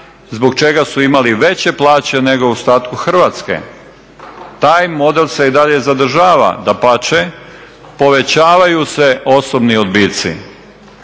zbog čega su imali veće plaće nego u ostatku Hrvatske. Taj model se i dalje zadržava, dapače povećavaju se osobni odbici.